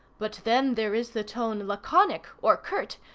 but then there is the tone laconic, or curt,